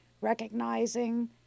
recognizing